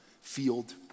field